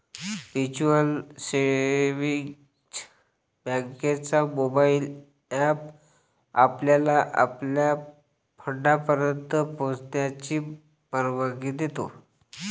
mutual savings बँकेचा mobile app आपल्याला आपल्या फंडापर्यंत पोहोचण्याची परवानगी देतो